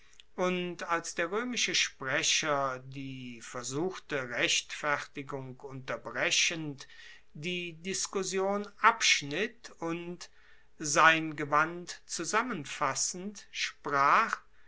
und als der roemische sprecher die versuchte rechtfertigung unterbrechend die diskussion abschnitt und sein gewand zusammenfassend sprach